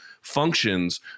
functions